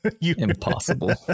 Impossible